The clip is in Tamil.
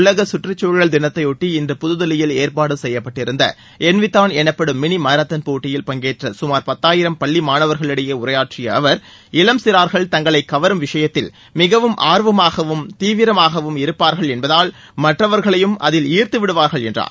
உலக சுற்றக்சூழல் தினத்தையொட்டி இன்று புதுதில்லியில் ஏற்பாடு செய்யப்பட்டிருந்த என்வித்தான் எனப்படும் மினி மாரத்தான் போட்டியில் பங்கேற்ற கமார் பத்தாயிரம் பள்ளி மாணவர்களிடையே உரையாற்றிய அவர் இளம் சிறார்கள் தங்களை கவரும் விஷயத்தில் மிகவும் ஆர்வமாகவும் தீவிரமாகவும் இருப்பார்கள் என்பதால் மற்றவர்களையும் அதில் ஈர்த்துவிடுவார்கள் என்றார்